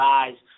eyes